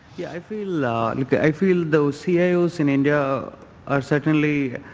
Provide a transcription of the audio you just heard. yeah i feel ah like i feel those cio's in india are certainly